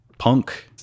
punk